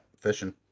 fishing